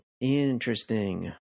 interesting